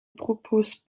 propose